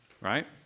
Right